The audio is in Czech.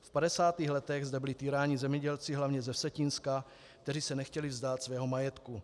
V padesátých letech zde byli týráni zemědělci hlavně ze Vsetínska, kteří se nechtěli vzdát svého majetku.